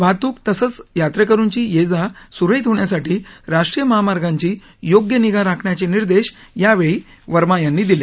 वाहतूक तसंच यात्रेकरुची ये जा सुरळीत होण्यासाठी राष्ट्रीय महामार्गांची योग्य निगा राखण्याचे निर्देश यावेळी वर्मा यांनी दिले